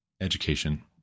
education